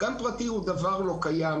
גן פרטי הוא דבר לא קיים.